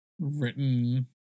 written